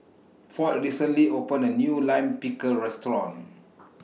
Ford recently opened A New Lime Pickle Restaurant